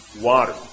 water